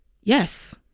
Yes